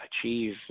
achieve